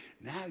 Now